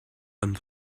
and